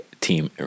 Team